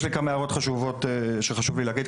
יש לי כמה הערות חשובות שחשוב לי להגיד.